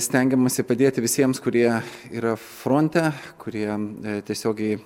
stengiamasi padėti visiems kurie yra fronte kurie tiesiogiai